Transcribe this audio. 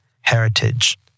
heritage